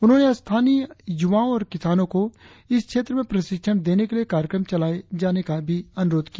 उन्होंने स्थनीय युवाओं और किसानों को इस क्षेत्र में प्रशिक्षण देने के लिए कार्यक्रम चलाए जाने का भी अनुरोध किया